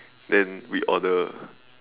then we order